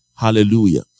hallelujah